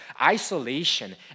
isolation